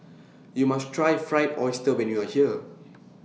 YOU must Try Fried Oyster when YOU Are here